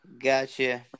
Gotcha